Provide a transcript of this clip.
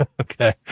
Okay